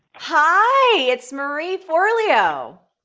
hi. it's marie forleo.